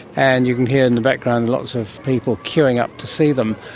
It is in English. and you can hear in the background lots of people queuing up to see them.